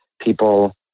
people